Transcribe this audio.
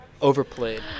Overplayed